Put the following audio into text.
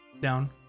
down